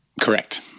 Correct